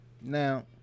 Now